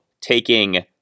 taking